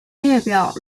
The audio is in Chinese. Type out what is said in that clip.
列表